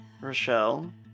Rochelle